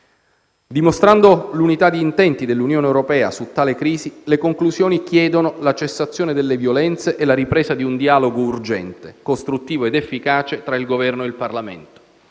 Dimostrando unità di intenti dell'Unione europea su tale crisi, le conclusioni chiedono la cessazione delle violenze e la ripresa di un dialogo urgente, costruttivo ed efficace tra il Governo e il Parlamento.